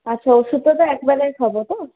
আচ্ছা ওষুধটা তো একবেলাই খাব তো